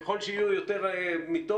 ככל שיהיו יותר מיטות,